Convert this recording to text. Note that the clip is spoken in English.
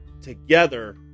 together